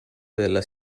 della